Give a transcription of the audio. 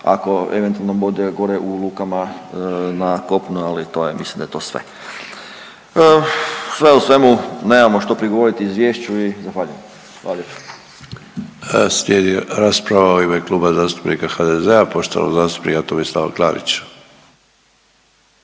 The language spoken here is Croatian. ako eventualno bude gore u lukama na kopnu, ali to je mislim da je to sve. Sve u svemu nemamo što prigovoriti izvješću i zahvaljujem. Hvala lijepo. **Sanader, Ante (HDZ)** Slijedi rasprava u ime Kluba zastupnika HDZ-a poštovanog zastupnika Tomislava Klarića.